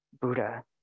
Buddha